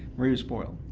marie was spoiled.